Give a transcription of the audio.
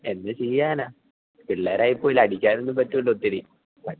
എന്ത് ചെയ്യാനാണ് പിള്ളാരായിപ്പോയില്ലേ അടിക്കാനൊന്നും പറ്റില്ലല്ലോ ഒത്തിരി